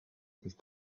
with